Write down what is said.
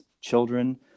children